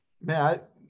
Matt